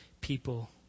people